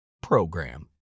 program